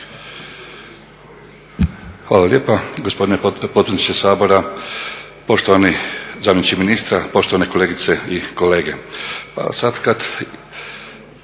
Hvala lijepa gospodine potpredsjedniče Sabora. Poštovani zamjeniče ministra, poštovane kolegice i kolege. Pa sad kad